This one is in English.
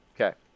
Okay